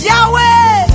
Yahweh